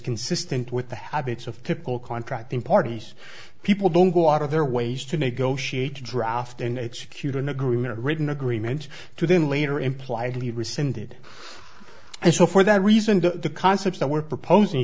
consistent with the habits of typical contracting parties people don't go out of their ways to negotiate a draft and execute an agreement a written agreement to then later impliedly rescinded and so for that reason to the concepts that we're proposing